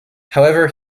however